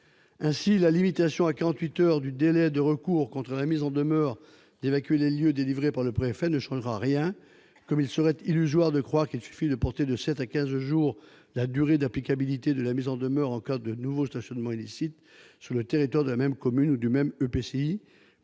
Ainsi, la limitation à quarante-huit heures du délai de recours contre la mise en demeure d'évacuer les lieux délivrée par le préfet ne changera rien, comme il serait illusoire de croire qu'il suffit de porter de sept à quinze jours la durée d'applicabilité de la mise en demeure en cas de nouveau stationnement illicite sur le territoire de la même commune ou du même EPCI